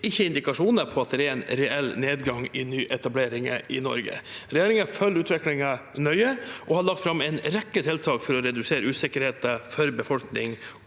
ikke indikasjoner på at det er en reell nedgang i nyetableringer i Norge. Regjeringen følger utviklingen nøye og har lagt fram en rekke tiltak for å redusere usikkerheten for befolkning